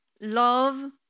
Love